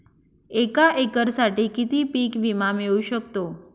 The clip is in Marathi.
एका एकरसाठी किती पीक विमा मिळू शकतो?